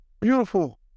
beautiful